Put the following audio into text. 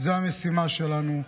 זו המשימה שלנו.